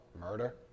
Murder